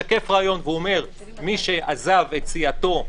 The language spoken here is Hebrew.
הסעיף הזה משקף רעיון ואומר שמי שעזב את סיעתו,